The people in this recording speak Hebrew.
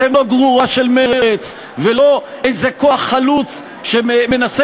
אתם לא גרורה של מרצ ולא איזה כוח חלוץ שמנסה